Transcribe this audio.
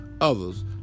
others